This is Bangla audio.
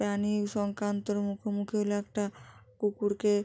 প্রাণী সংক্রান্তর মুখোমুখি হলে একটা কুকুরকে